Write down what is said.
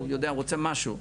הוא יודע שהוא רוצה משהו,